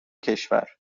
کشور